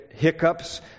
hiccups